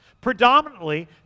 Predominantly